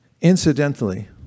incidentally